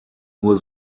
nur